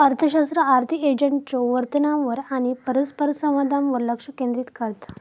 अर्थशास्त्र आर्थिक एजंट्सच्यो वर्तनावर आणि परस्परसंवादावर लक्ष केंद्रित करता